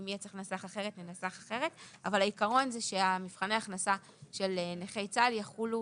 אבל העיקרון זה שמבחני ההכנסה של נכי צה"ל יחולו